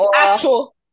actual